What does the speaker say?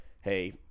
Hey